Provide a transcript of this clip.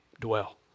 dwell